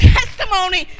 testimony